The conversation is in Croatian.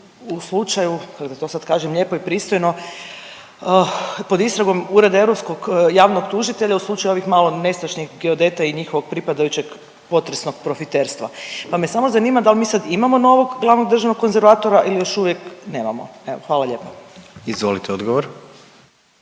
u slučaju to sad kažem lijepo i pristojno pod istragom Ureda europskog javnog tužitelja u slučaju ovih malo nestašnih geodeta i njihovog pripadajućeg potresnog profiterstva. Pa me samo zanima da li mi sad imamo novog glavnog državnog konzervatora ili još uvijek nemamo? Evo hvala lijepa. **Jandroković,